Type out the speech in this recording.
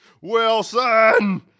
Wilson